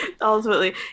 Ultimately